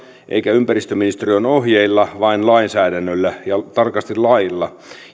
eikä ympäristöministeriön ohjeilla vain lainsäädännöllä ja tarkasti lailla